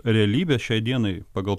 realybės šiai dienai pagal